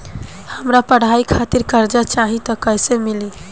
हमरा पढ़ाई खातिर कर्जा चाही त कैसे मिली?